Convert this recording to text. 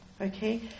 okay